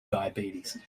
diabetes